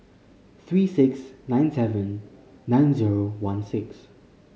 three six nine seven nine zero one six